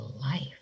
life